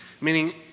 Meaning